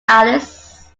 alice